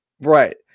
right